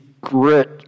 grit